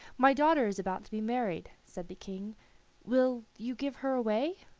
my daughter is about to be married, said the king will you give her away?